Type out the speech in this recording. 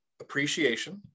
appreciation